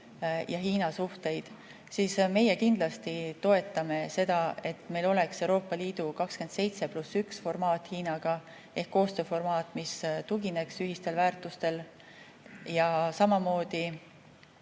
ja Hiina suhteid, siis meie kindlasti toetame seda, et meil oleks Euroopa Liidu 27 + 1 formaat Hiinaga ehk koostööformaat, mis tugineks ühistele väärtustele. Samamoodi